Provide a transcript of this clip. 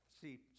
see